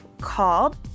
called